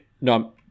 No